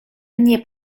mnie